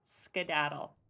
skedaddle